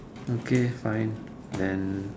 okay fine then